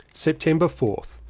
september fourth.